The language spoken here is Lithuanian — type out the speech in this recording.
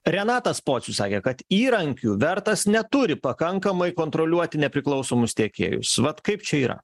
renatas pocius sakė kad įrankių vertas neturi pakankamai kontroliuoti nepriklausomus tiekėjus vat kaip čia yra